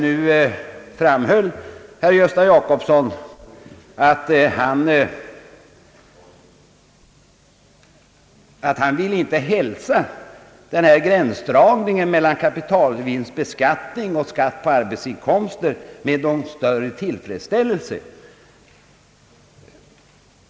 Nu ville inte herr Jacobsson hälsa den här gränsdragningen mellan kapitalvinstbeskattning och skatt på arbetsinkomster med någon större tillfredsställelse.